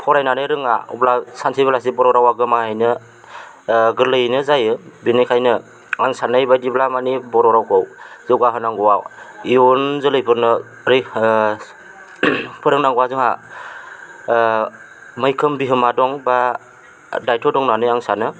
फरायनानै रोङा अब्ला सानसे बेलासि बर' रावआ गोमाहैनो गोरलैयैनो जायो बेनिखायनो आं साननाय बायदिब्ला मानि बर' रावखौ जौगा होनांगौआ इयुन जोलैफोरनो बोरै फोरोंनांगौआ जोंहा मैखोम बिहोमा दं बा दायथ' दं होन्नानै आं सानो